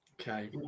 Okay